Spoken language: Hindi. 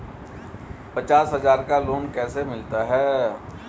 पचास हज़ार का लोन कैसे मिलता है?